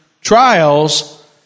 trials